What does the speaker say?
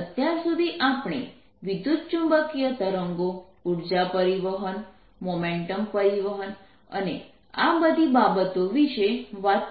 અત્યાર સુધી આપણે વિદ્યુતચુંબકીય તરંગો ઉર્જા પરિવહન મોમેન્ટમ પરિવહન અને આ બધી બાબતો વિશે વાત કરી